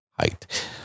height